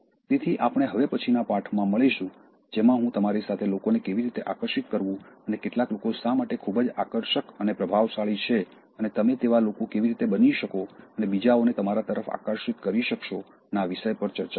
તેથી આપણે હવે પછીના પાઠમાં મળીશું જેમાં હું તમારી સાથે લોકોને કેવી રીતે આકર્ષિત કરવું અને કેટલાક લોકો શા માટે ખૂબ જ આકર્ષક અને પ્રભાવશાળી છે અને તમે તેવા લોકો કેવી રીતે બની શકો અને બીજાઓને તમારા તરફ આકર્ષિત કરી શકશો ના વિષય ઉપર ચર્ચા કરીશ